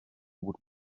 would